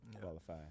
qualify